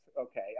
okay